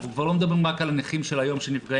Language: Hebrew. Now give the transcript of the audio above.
אנחנו כבר לא מדברים רק על הנכים של היום שנפגעים,